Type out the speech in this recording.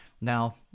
Now